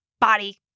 body